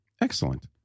Excellent